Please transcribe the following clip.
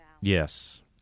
Yes